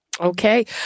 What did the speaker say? Okay